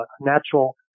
natural